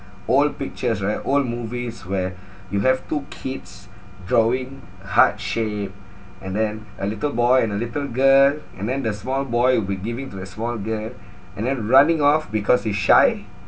old pictures right old movies where you have two kids drawing heart shape and then a little boy and a little girl and then the small boy would be giving to that small girl and then running off because he's shy